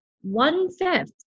one-fifth